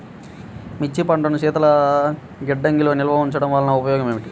మిర్చి పంటను శీతల గిడ్డంగిలో నిల్వ ఉంచటం వలన ఉపయోగం ఏమిటి?